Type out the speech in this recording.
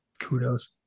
Kudos